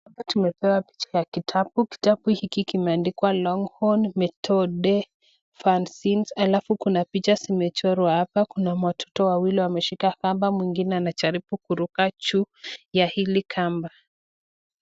Hapa tumepewa picha ya kitabu, kitabu hiki kimeandikwa Longhorn Methode de Francais halafu kuna picha zimechorwa hapa, kuna watoto wawili wameshika kamba ,mwingine anajaribu kuruka juu ya hili kamba.